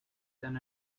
than